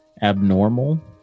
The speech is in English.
abnormal